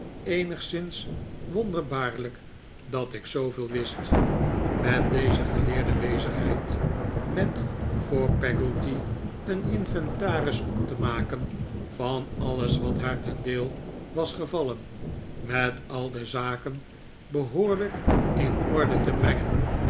eenigszins wonderbaarlijk dat ik zooveel wist met deze geleerde bezigheid met voor peggotty een inventaris op te maken van alles wat haar ten deel was gevallen met al de zaken behoorlijk in orde te brengen